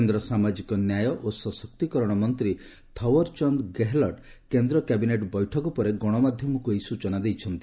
କେନ୍ଦ୍ର ସାମାଜିକ ନ୍ୟାୟ ଓ ସଶକ୍ତିକରଣ ମନ୍ତ୍ରୀ ଥାଓ୍ୱର୍ ଚାନ୍ଦ ଗେହେଲଟ୍ ନୂଆଦିଲ୍ଲୀଠାରେ କେନ୍ଦ୍ର କ୍ୟାବିନେଟ୍ ବୈଠକ ପରେ ଗଣମାଧ୍ୟମକୁ ଏହି ସୂଚନା ଦେଇଛନ୍ତି